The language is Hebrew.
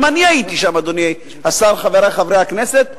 גם אני הייתי שם, אדוני השר, חברי חברי הכנסת.